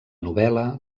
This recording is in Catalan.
novel·la